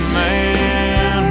man